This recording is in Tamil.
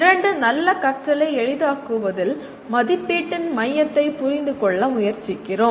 இரண்டு "நல்ல கற்றலை" எளிதாக்குவதில் மதிப்பீட்டின் மையத்தை புரிந்து கொள்ள முயற்சிக்கிறோம்